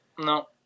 no